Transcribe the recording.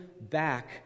back